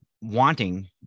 wanting